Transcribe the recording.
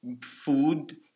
food